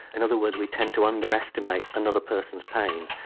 in other words we tend to underestimate another person's pain.